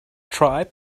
tribe